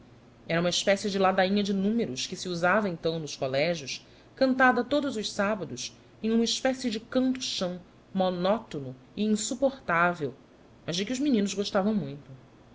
era uma espécie de ladainha de números que se usava então nos collegios cantada todos os sabbados em uma espécie de canto chão monótono e insupportavel mas dei digiti zedby google que os meninos gostavam muito